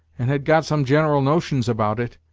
and had got some general notions about it,